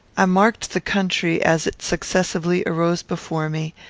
i marked the country as it successively arose before me,